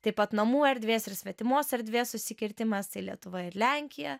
taip pat namų erdvės ir svetimos erdvės susikirtimas tai lietuva ir lenkija